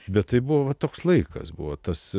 bet tai buvo toks laikas buvo tas